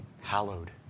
hallowed